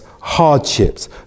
hardships